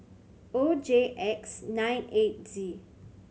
O J X nine eight Z